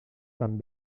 fan